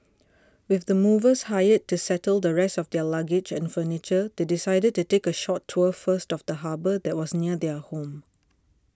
with the movers hired to settle the rest of their luggage and furniture they decided to take a short tour first of the harbour that was near their home